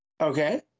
Okay